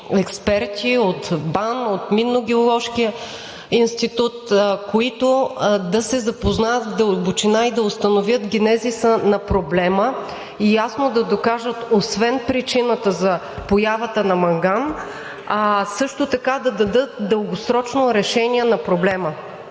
експерти – от БАН, от Минно-геоложкия институт, които да се запознаят в дълбочина, да установят генезиса на проблема и ясно да докажат освен причината за появата на манган, а също така да дадат както краткосрочно, така